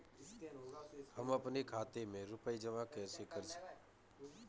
हम अपने खाते में रुपए जमा कैसे करें?